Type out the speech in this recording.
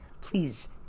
Please